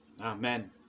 amen